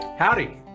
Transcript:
Howdy